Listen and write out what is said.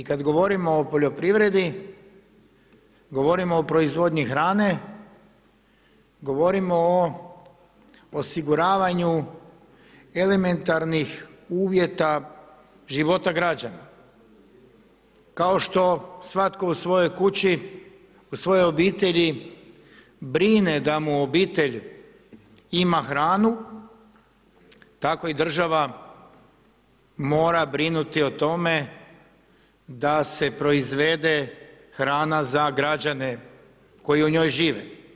I kad govorimo o poljoprivredi govorimo o proizvodnji hrane, govorimo o osiguravanju elementarnih uvjeta života građana kao što svatko u svojoj kući, u svojoj obitelji brine da mu obitelj ima hranu tako i država mora brinuti o tome da se proizvede hrana za građane koji u njoj žive.